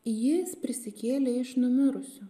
jis prisikėlė iš numirusių